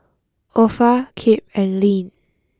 Opha Kip and Ilene